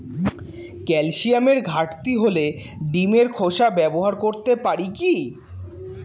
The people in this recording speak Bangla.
ক্যালসিয়ামের ঘাটতি হলে ডিমের খোসা ব্যবহার করতে পারি কি?